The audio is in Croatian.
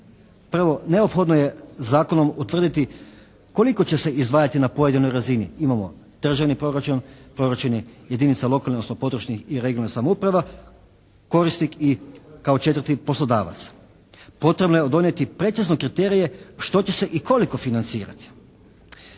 Prvo, neophodno je zakonom utvrditi koliko će se izdvajati na pojedinoj razini. Imamo državni proračun, proračune jedinica lokalnih i područnih i regionalnih samouprava, korisnik i kao četvrti poslodavac. Potrebno je donijeti precizno kriterije što će se i koliko financirati.